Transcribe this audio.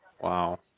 Wow